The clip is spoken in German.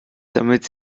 damit